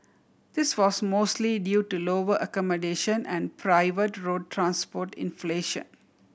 this was mostly due to lower accommodation and private road transport inflation